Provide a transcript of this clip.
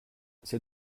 ces